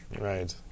Right